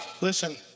Listen